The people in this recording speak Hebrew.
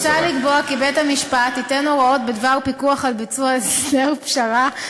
מוצע לקבוע כי בית-המשפט ייתן הוראות בדבר פיקוח על ביצוע הסדר פשרה,